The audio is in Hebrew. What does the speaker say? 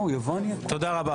תודה רבה.